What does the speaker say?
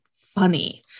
funny